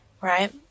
right